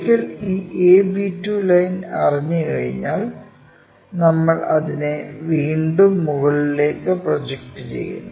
ഒരിക്കൽ ഈ ab2 line അറിഞ്ഞാൽ നമ്മൾ അതിനെ വീണ്ടും മുകളിലേക്ക് പ്രൊജക്റ്റ് ചെയ്യുന്നു